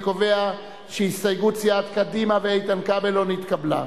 אני קובע שהסתייגות סיעת קדימה ואיתן כבל לא נתקבלה.